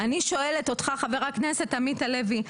אני שואלת אותך חבר הכנסת עמית הלוי,